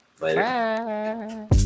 later